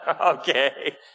Okay